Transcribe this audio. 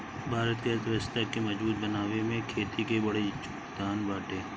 भारत के अर्थव्यवस्था के मजबूत बनावे में खेती के बड़ जोगदान बाटे